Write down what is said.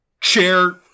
chair